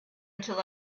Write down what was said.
until